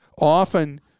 often